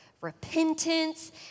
repentance